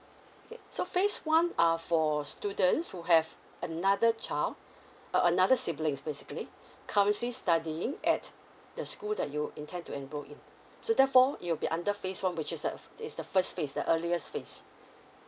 okay so phase one are for students who have another child uh another siblings basically currently studying at the school that you intend to enrol in so therefore he will be under phase one which is uh is the first phase the earliest phase